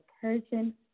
Persian